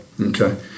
Okay